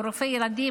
רופא ילדים,